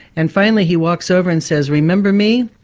and finally he walks over and says, remember me?